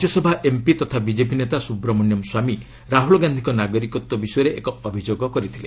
Rajya Sabha MP ତଥା BJP ନେତା ସୁବ୍ରମଣ୍ୟମ ସ୍ୱାମୀ ରାହୁଲ ଗାନ୍ଧିଙ୍କ ନାଗରିକତ୍ୱ ବିଷୟରେ ଏକ ଅଭିଯୋଗ କରିଥିଲେ